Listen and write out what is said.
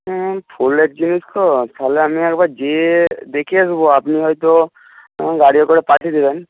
ফুলের জিনিস তো তাহলে আমি একবার যেয়ে দেখে আসবো আপনি হয়তো বাড়ির ওখানে পাঠিয়ে দিবেন